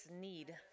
need